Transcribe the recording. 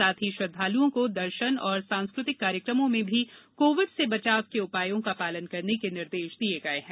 साथ ही श्रद्वालुओं को दर्शन और सांस्कृतिक कार्यक्रमों में भी कोविड से बचाव के उपायों का पालन करने के निर्देश दिये गये हैं